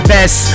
Best